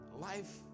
life